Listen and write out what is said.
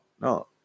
no